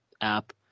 app